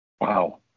Wow